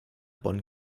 bonn